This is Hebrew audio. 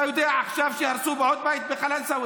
אתה יודע עכשיו שהרסו עוד בית בקלנסווה,